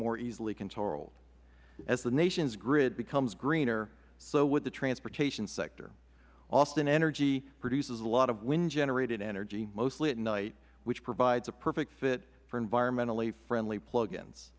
more easily controlled as the nation's grid becomes greener so would the transportation sector austin energy produces a lot of wind generated energy mostly at night which provides a perfect fit from environmentally friendly plug ins